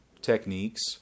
techniques